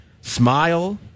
smile